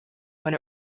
when